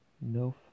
no